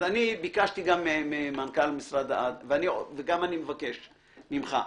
אני ביקשתי גם מהמנכ"ל וגם אני מבקש ממך,